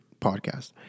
podcast